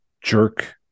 jerk